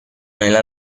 nella